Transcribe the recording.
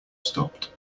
stopped